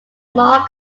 marc